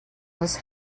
was